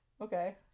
Okay